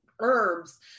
herbs